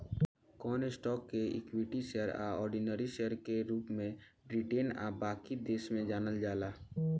कवन स्टॉक्स के equity share आ ऑर्डिनरी शेयर के रूप में ब्रिटेन आ बाकी देश में जानल जाला